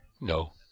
No